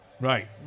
Right